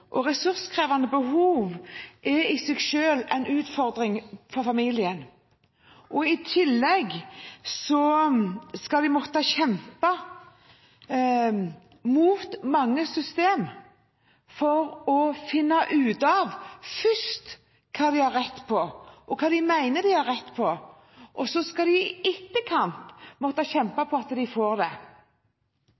i seg selv er en utfordring for familien. I tillegg skal de måtte kjempe mot systemet for først å finne ut av hva de har rett på, og så kjempe for å få det. Når man først har fått en utfordring i familien, er det en utfordring i